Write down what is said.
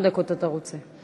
כמה דקות אתה רוצה?